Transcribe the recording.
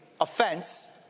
offense